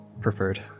preferred